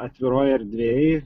atviroj erdvėj